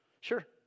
Sure